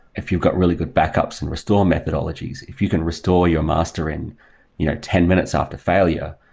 if you've got really good backups and restore methodologies. if you can restore your master in you know ten minutes after failure,